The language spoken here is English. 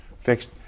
fixed